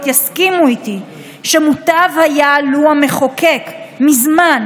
יסכימו איתי שמוטב היה לו היה מחוקק מזמן.